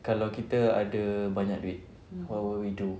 kalau kita ada banyak duit what will we do